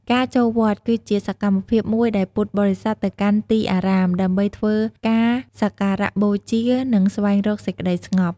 ការចូលវត្ត គឺជាសកម្មភាពមួយដែលពុទ្ធបរិស័ទទៅកាន់ទីអារាម ដើម្បីធ្វើការសក្ការបូជា និងស្វែងរកសេចក្ដីស្ងប់។